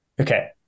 Okay